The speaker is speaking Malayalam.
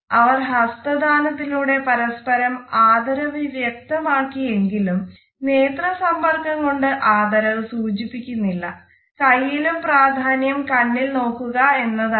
അവർ ഹസ്തദാനത്തിലൂടെ പരസ്പരം ആദരവ് വ്യക്തമാക്കി എങ്കിലും നേത്ര സമ്പർക്കം കൊണ്ട് ആദരവ് സൂചിപ്പിക്കുന്നില്ല കയ്യിലും പ്രധാന്യം കണ്ണിൽ നോക്കുക എന്നതായിരുന്നു